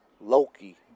Loki